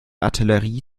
artillerie